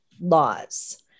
laws